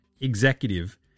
executive